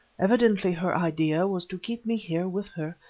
evidently her idea was to keep me here with her,